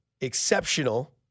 exceptional